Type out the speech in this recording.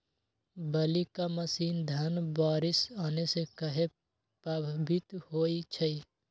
बली क समय धन बारिस आने से कहे पभवित होई छई?